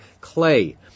clay